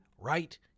right